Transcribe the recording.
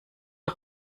der